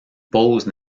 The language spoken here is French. pause